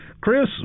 Chris